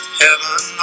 heaven